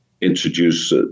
introduce